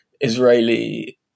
Israeli